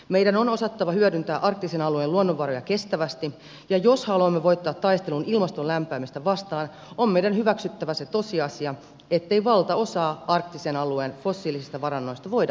meidän on osattava hyödyntää arktisen alueen luonnonvaroja kestävästi ja jos haluamme voittaa taistelun ilmaston lämpenemistä vastaan on meidän hyväksyttävä se tosiasia ettei valtaosaa arktisen alueen fossiilisista varannoista voida hyödyntää